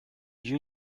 you